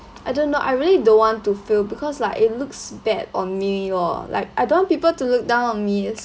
I don't know I really don't want to feel because like it looks bad on me lor like I don't want people to look down on me it's